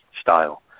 style